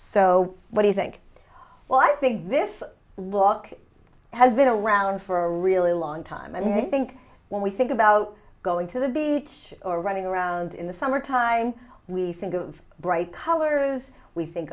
so what do you think well i think this walk has been around for a really long time and i think when we think about going to the beach or running around in the summertime we think of bright colors we think